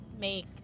make